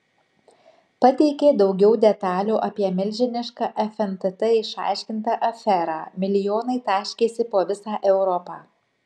pateikė daugiau detalių apie milžinišką fntt išaiškintą aferą milijonai taškėsi po visą europą